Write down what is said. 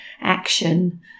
action